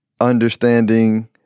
understanding